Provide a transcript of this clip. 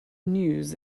news